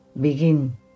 begin